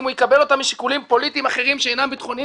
אם הוא יקבל אותם משיקולים פוליטיים אחרים שאינם ביטחוניים